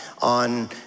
On